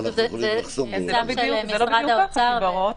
זה צו של משדר האוצר.